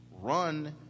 run